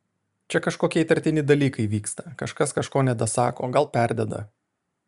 čia kažkokie įtartini dalykai vyksta kažkas kažko nedasako gal perdeda